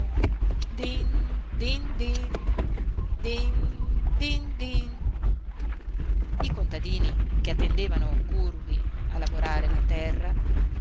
din dindin i contadini che attendevano curvi a lavorare la terra